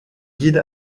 guide